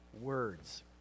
words